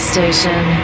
Station